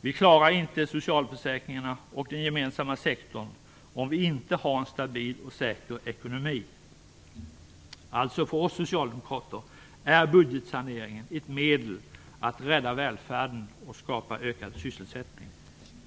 Vi klarar inte socialförsäkringarna och den gemensamma sektorn om vi inte har en stabil och säker ekonomi. Alltså: För oss socialdemokrater är budgetsaneringen ett medel att rädda välfärden och skapa ökad sysselsättning.